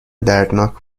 دردناک